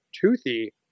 toothy